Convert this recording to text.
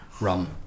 rum